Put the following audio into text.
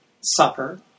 supper